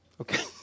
Okay